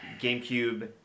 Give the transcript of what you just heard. Gamecube